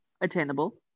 attainable